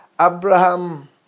Abraham